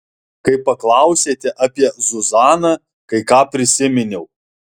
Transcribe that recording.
kai paklausėte apie zuzaną kai ką prisiminiau